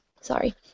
sorry